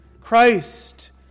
Christ